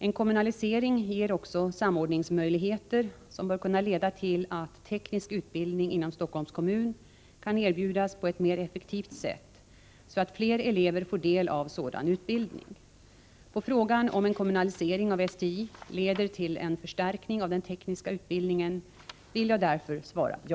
En kommunalisering ger också samordningsmöjligheter som bör kunna leda till att teknisk utbildning inom Stockholms kommun kan erbjudas på ett mer effektivt sätt, så att fler elever får del av sådan utbildning. På frågan om en kommunalisering av STI leder till en förstärkning av den tekniska utbildningen vill jag därför svara ja.